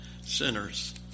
sinners